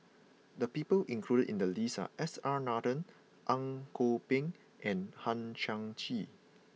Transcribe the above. the people included in the list are S R Nathan Ang Kok Peng and Hang Chang Chieh